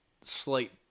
slight